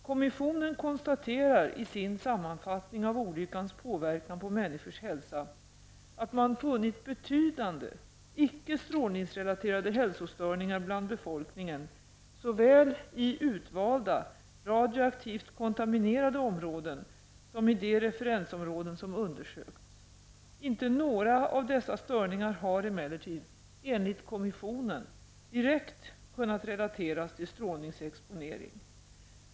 Kommissionen konstaterar i sin sammanfattning av olyckans påverkan på människors hälsa att man funnit betydande, icke-strålningsrelaterade hälsostörningar bland befolkningen såväl i utvalda, radioaktivt kontaminerade områden som i de referensområden som undersökts. Inte några av dessa störningar har emellertid enligt kommissionen direkt kunnat relateras till strålningsexponering.